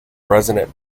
resident